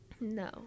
No